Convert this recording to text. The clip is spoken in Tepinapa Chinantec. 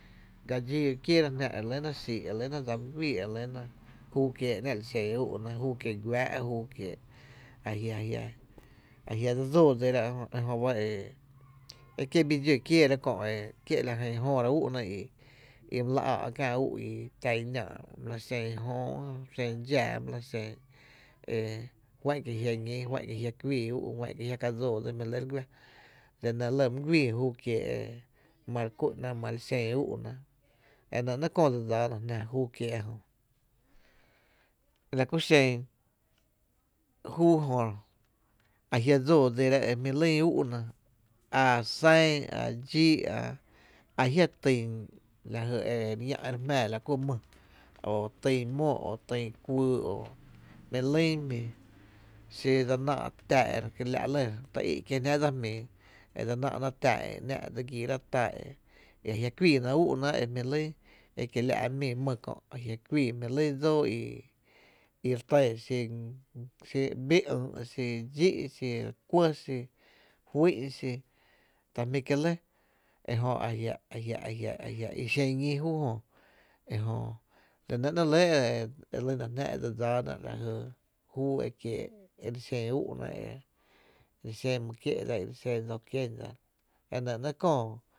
Gaaa dxíí kieera jná e relyna xii’ e re lyna dsa my güii e re lyna júu kiéé’ e ‘ná’ li xen ú’na e ‘nⱥ’ li xen guⱥ’ júu kiee’ a jia’ a jia’ dse dsóo dsira e jö ba e e ekie’ bi dxó kieera kö’ e ekie’ lajy jöora ú’na i i my lⱥ á’ kiä’ ú’ my la xen jyn jöö my la xen dxáaá my la xen e ju’an kie’ jia’ ñí, juá’n kie’ jia’ kuíí ú’ juá’n kie’, ka dsóo dsí jmpi’ re lɇ re guⱥ la nɇ lɇ my güii júu kie’ ma re kü’na ma li xen ú’na la nɇ ‘nɇɇ’ kööi dse dsáana jná júu nɇ e kie’ ejö, laku xen júu jö, ajia’ dsoo dsira e jmí lyn úu’na a sa´n a dxí’ a a jia’ tyn lajy e rellⱥ’ e re jmⱥⱥ la ku mý o tyn mó o tyn kuýy’ o jmí’ lyn xi dsa ‘náá’ tⱥ e re kila’ lɇ ty í’ kie jnáá’ dsa jmíi ki jnáá dsa jmíi e dse ‘nⱥ’ náá’ tá e ‘ná’ dse gíírá’ tá’ e jia’ kuii náá’ ú’ náá’ e jmí lyn e kie’ la’ mii my kö’ a jia’ kuii jmpi lyn ds´´o o re tɇɇ xi bii ÿ’ xi dxí’, xi re kuɇ xi juí’n xi ta jmí’ kie’ lɇ e jö ajia’ a jia’ i xen ñí júu jö e jö la nɇ ‘nɇɇ’ e lyna jná e dse dsáána júu e kie’ e li xen ú’na e li xen my kié’ dsa i dse li xen dso kié’ dsa e nɇ ‘nɇɇ’ kóó.